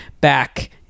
back